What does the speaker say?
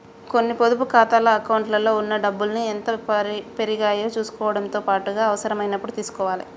కొన్ని పొదుపు ఖాతాల అకౌంట్లలో ఉన్న డబ్బుల్ని ఎంత పెరిగాయో చుసుకోవడంతో పాటుగా అవసరమైనప్పుడు తీసుకోవాలే